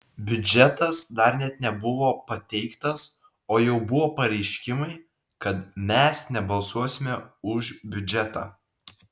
biudžetas dar net nebuvo pateiktas o jau buvo pareiškimai kad mes nebalsuosime už biudžetą